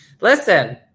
listen